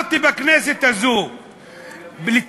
ואנחנו כחברי כנסת אמורים